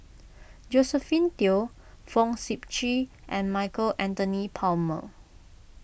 Josephine Teo Fong Sip Chee and Michael Anthony Palmer